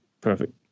perfect